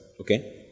Okay